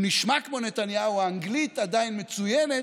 הוא נשמע כמו נתניהו, האנגלית עדיין מצוינת,